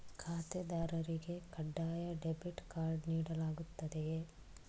ಖಾತೆದಾರರಿಗೆ ಕಡ್ಡಾಯ debit card ನೀಡಲಾಗುತ್ತದೆಯೇ?